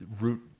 root